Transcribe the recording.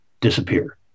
disappear